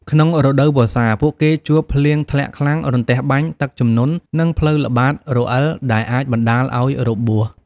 ក្នុងរដូវវស្សា ពួកគេជួប ភ្លៀងធ្លាក់ខ្លាំង រន្ទះបាញ់ ទឹកជំនន់ និងផ្លូវល្បាតរអិល ដែលអាចបណ្ដាលឲ្យរបួស។